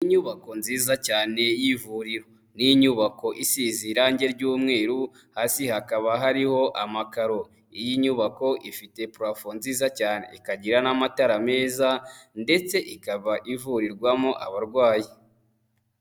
Inyubako nziza cyane y'ivuriro. Ni inyubako isize irange ry'umweru, hasi hakaba hariho amakaro. Iyi nyubako ifite purafo nziza cyane, ikagira n'amatara meza ndetse ikaba ivurirwamo abarwayi.